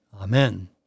Amen